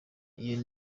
iyo